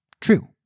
true